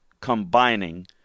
combining